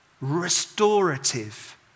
restorative